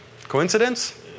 Coincidence